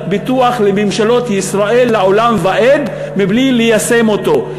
ביטוח לממשלות ישראל לעולם ועד מבלי ליישם אותו.